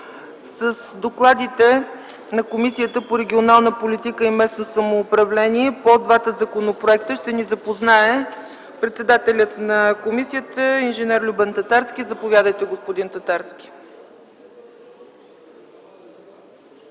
С докладите на Комисията по регионална политика и местно самоуправление по двата законопроекта ще ни запознае председателят на комисията инж. Любен Татарски. Заповядайте, господин Татарски.